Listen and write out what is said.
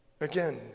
Again